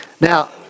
Now